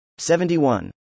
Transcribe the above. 71